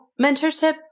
mentorship